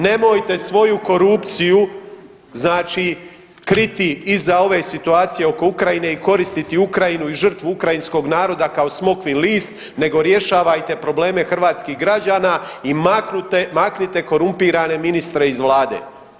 Nemojte svoju korupciju znači kriti iza ove situacije oko Ukrajine i koristiti Ukrajinu i žrtvu ukrajinskog naroda kao smokvin list nego rješavajte probleme hrvatskih građana i maknite korumpirane ministre iz vlade.